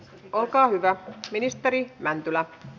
olkaa hyvä ministeri mäntylä